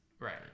right